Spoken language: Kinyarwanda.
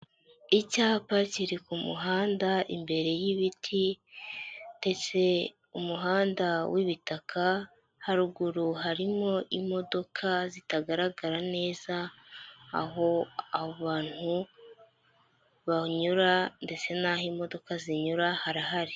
Icyapa kiri ku muhanda imbere y'ibiti, ndetse umuhanda w'ibitaka, haruguru harimo imodoka zitagaragara neza, aho abantu banyura ndetse n'aho imodoka zinyura harahari.